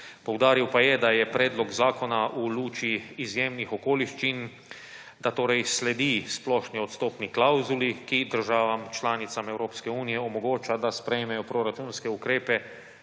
Poudaril pa je, da je predlog zakona v luči izjemnih okoliščin, da torej sledi splošni odstopni klavzuli, ki državam članicam Evropske unije omogoča, da sprejmejo proračunske ukrepe